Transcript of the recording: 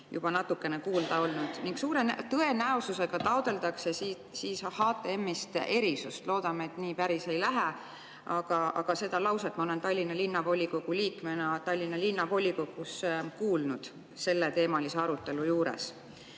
juba natukene kuulda olnud – ja suure tõenäosusega taotletakse HTM-ist erisust. Loodame, et nii päris ei lähe. Aga seda lauset olen ma Tallinna Linnavolikogu liikmena Tallinna Linnavolikogus kuulnud selleteemalise arutelu juures.